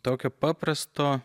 tokio paprasto